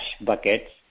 buckets